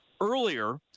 Earlier